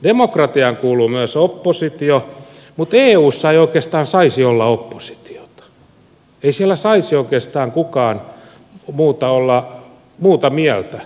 demokratiaan kuuluu myös oppositio mutta eussa ei oikeastaan saisi olla oppositiota ei siellä saisi oikeastaan kukaan olla muuta mieltä